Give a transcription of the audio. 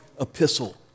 epistle